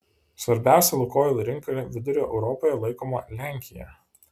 svarbiausia lukoil rinka vidurio europoje laikoma lenkija